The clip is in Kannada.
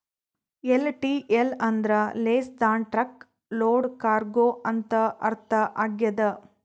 ಎಲ್.ಟಿ.ಎಲ್ ಅಂದ್ರ less than truck load cargo ಅಂತ ಅರ್ಥ ಆಗ್ಯದ